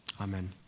Amen